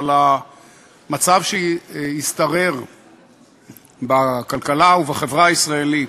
אבל המצב שהשתרר בכלכלה ובחברה הישראלית,